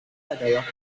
adalah